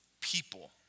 people